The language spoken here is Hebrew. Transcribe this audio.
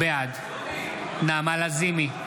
בעד נעמה לזימי,